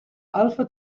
alpha